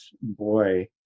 boy